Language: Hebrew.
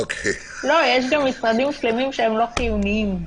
לא, יש גם משרדים שלמים שהם לא חיוניים.